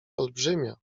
olbrzymia